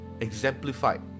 exemplified